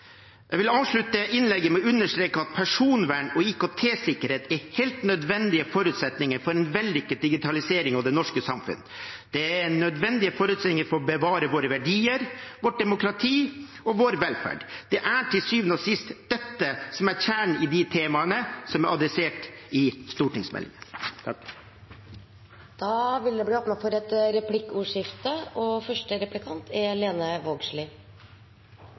Jeg vil avslutte innlegget med å understreke at personvern og IKT-sikkerhet er helt nødvendige forutsetninger for en vellykket digitalisering av det norske samfunnet. Det er nødvendige forutsetninger for å bevare våre verdier, vårt demokrati og vår velferd. Det er til syvende og sist dette som er kjernen i de temaene som er adressert i stortingsmeldingen. Det blir replikkordskifte. I dag veit me at IKT-kriminaliteten er sterkt aukande. Det er